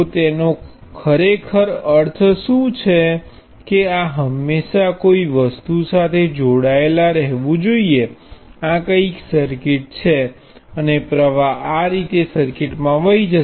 તો તેનો ખરેખર અર્થ શું છે કે આ હંમેશા કોઈ વસ્તુ સાથે જોડાયેલા રહેવું જોઈએ આ કંઈક સર્કિટ છે અને પ્ર્વાહ આ રીતે સર્કિટમાં વહી જશે